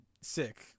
sick